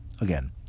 Again